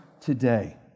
today